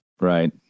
right